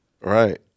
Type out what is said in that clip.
Right